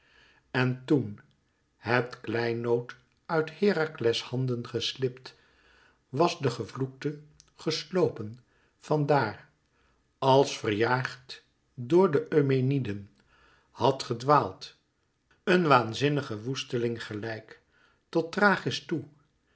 en toen het kleinood uit herakles handen geslipt was de gevloekte geslopen van daar als verjaagd door de eumeniden had gedwaald een waanzinnige woesteling gelijk tot thrachis toe